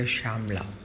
Shamla